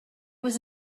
was